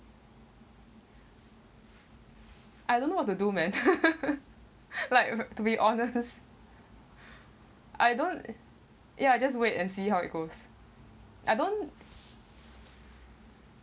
I don't know what to do man like to be honest I don't ya just wait and see how it goes I don't